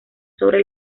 sobre